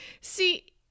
See